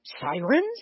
sirens